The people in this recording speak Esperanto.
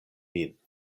min